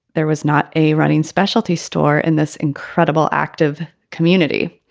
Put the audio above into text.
there was not a running specialty store in this incredible active community.